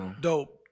dope